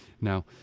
Now